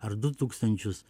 ar du tūkstančius